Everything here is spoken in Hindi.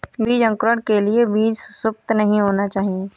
बीज अंकुरण के लिए बीज सुसप्त नहीं होना चाहिए